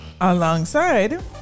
Alongside